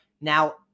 now